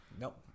nope